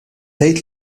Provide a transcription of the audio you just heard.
tgħid